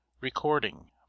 recording